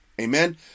amen